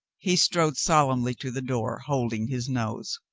he strode solemnly to the door, holding his nose.